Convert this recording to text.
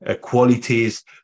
qualities